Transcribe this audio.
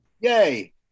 Yay